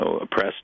oppressed